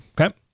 Okay